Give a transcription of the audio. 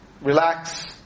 relax